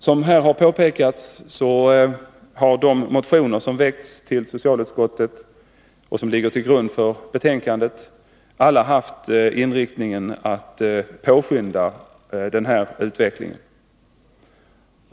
Som här har påpekats har de motioner som har väckts, och som ligger till grund för socialutskottets betänkande, alla haft inriktningen att påskynda utvecklingen.